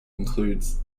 includes